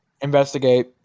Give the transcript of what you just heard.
Investigate